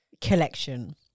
collection